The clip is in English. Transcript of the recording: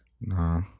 Nah